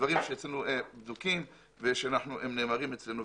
אלה דברים בדוקים אצלנו, והם נאמרים אצלנו.